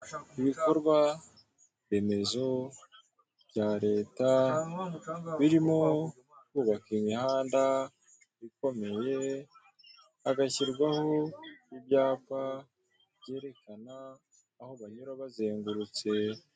Ibikorwa remezo bya leta birimo kubaka imihanda ikomeye hagashyirwaho ibyapa byerekana aho banyura bazengurutse.